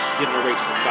generation